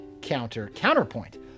Counter-Counterpoint